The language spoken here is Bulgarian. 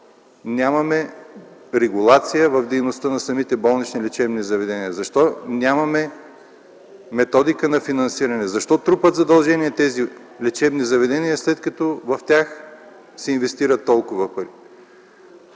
Защо нямаме регулация в дейността на самите болнични лечебни заведения? Защо нямаме методика на финансиране? Защо трупат задължения тези лечебни заведения, след като в тях се инвестират толкова пари?